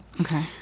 Okay